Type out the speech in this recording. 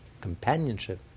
companionship